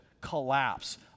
collapse